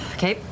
Okay